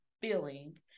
feeling